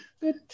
good